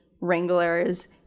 wranglers